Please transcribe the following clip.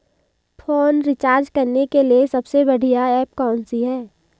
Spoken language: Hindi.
फोन रिचार्ज करने के लिए सबसे बढ़िया ऐप कौन सी है?